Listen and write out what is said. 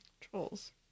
Trolls